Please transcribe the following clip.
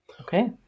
okay